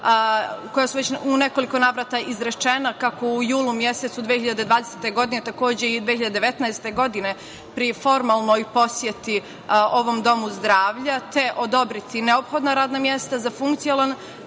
koja su već u nekoliko navrata izrečena, kako u julu mesecu 2020. godine, takođe i 2019. godine, pri formalnoj poseti ovom domu zdravlja, te odobriti neophodna radna mesta za funkcionalan